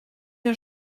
der